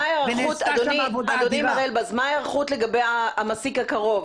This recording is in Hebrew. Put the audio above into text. מה ההיערכות, אדוני, מר אלבז, לגבי המסיק הקרוב?